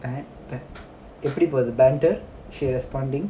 ah but if it were the banter she responding